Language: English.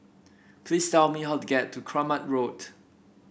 please tell me how to get to Kramat Road